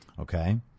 okay